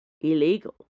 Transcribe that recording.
illegal